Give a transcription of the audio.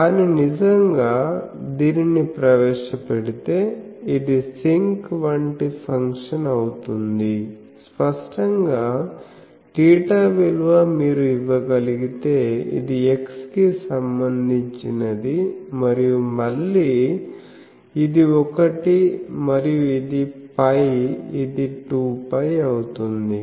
కానీ నిజంగా దీనిని ప్రవేశపెడితే ఇది సింక్ వంటి ఫంక్షన్ అవుతుంది స్పష్టంగా θ విలువ మీరు ఇవ్వగలిగితే ఇది X కి సంబంధించినది మరియు మళ్ళీ ఇది ఒకటి మరియు ఇది π ఇది 2π అవుతుంది